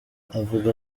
avuga